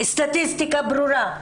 סטטיסטיקה ברורה.